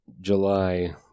July